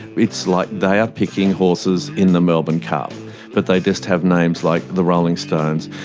it's like they are picking horses in the melbourne cup but they just have names like the rolling stones,